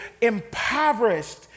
impoverished